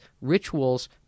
rituals